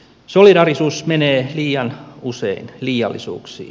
solidaarisuus menee liian usein liiallisuuksiin